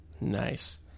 Nice